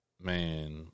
man